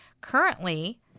Currently